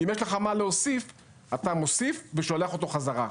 אם יש לך מה להוסיף, אתה מוסיף ושולח אותו בחזרה.